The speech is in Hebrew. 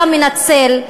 אתה מנצל,